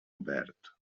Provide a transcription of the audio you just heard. obert